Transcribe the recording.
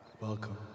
Welcome